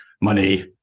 money